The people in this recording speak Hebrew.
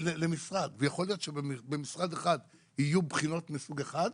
ויכול להיות שבמשרד אחד יהיו בחינות מסוג אחד,